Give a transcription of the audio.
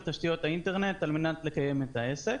תשתיות האינטרנט על מנת לקיים את העסק.